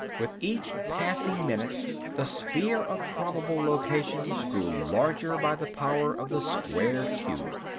with each passing minute the sphere of probable locations grew larger by the power of the squared cube.